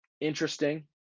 interesting